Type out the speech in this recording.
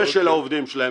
ושל העובדים שלהם.